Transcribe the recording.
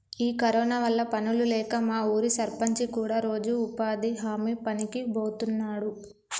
ఈ కరోనా వల్ల పనులు లేక మా ఊరి సర్పంచి కూడా రోజు ఉపాధి హామీ పనికి బోతున్నాడు